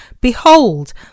Behold